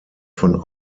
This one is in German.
von